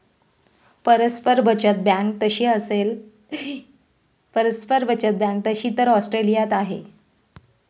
परस्पर बचत बँक तशी तर ऑस्ट्रेलियात आहे